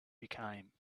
became